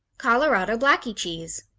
colorado blackie cheese